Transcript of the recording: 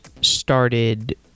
started